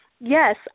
yes